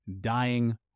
dying